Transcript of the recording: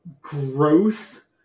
growth